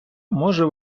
може